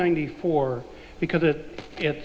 ninety four because it i